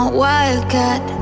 wildcat